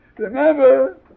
Remember